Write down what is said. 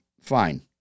fine